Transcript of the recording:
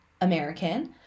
American